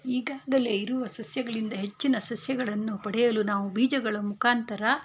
ಈಗಾಗಲೇ ಇರುವ ಸಸ್ಯಗಳಿಂದ ಹೆಚ್ಚಿನ ಸಸ್ಯಗಳನ್ನು ಪಡೆಯಲು ನಾವು ಬೀಜಗಳ ಮುಖಾಂತರ